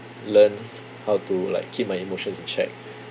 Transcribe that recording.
learn how to like keep my emotions in check